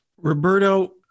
Roberto